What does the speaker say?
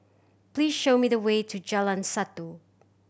please show me the way to Jalan Satu